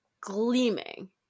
gleaming